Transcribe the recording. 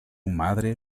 madre